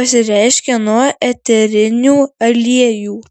pasireiškia nuo eterinių aliejų